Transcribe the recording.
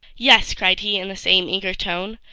yes, cried he in the same eager tone,